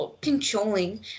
controlling